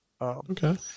Okay